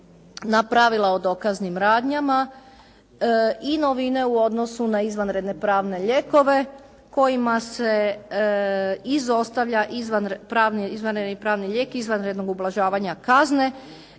na pravila o dokaznim radnjama i novine u odnosu na izvanredne pravne lijekove kojima se izostavlja izvanredni pravni lijek izvanrednog ublažavanja kazne